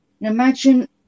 Imagine